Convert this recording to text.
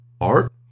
Art